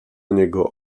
niego